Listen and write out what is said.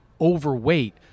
overweight